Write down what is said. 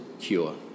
cure